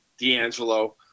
D'Angelo